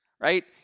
Right